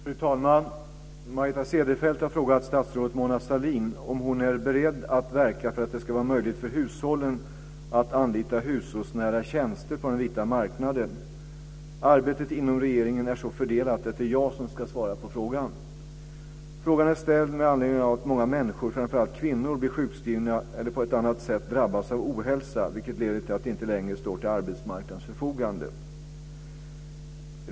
Fru talman! Margareta Cederfelt har frågat statsrådet Mona Sahlin om hon är beredd att verka för att det ska vara möjligt för hushållen att anlita hushållsnära tjänster på den vita marknaden. Arbetet inom regeringen är så fördelat att det är jag som ska svara på frågan. Frågan är ställd med anledning av att många människor, framför allt kvinnor, blir sjukskrivna eller på annat sätt drabbas av ohälsa vilket leder till att de inte längre står till arbetsmarknadens förfogande.